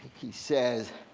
he says,